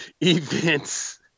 events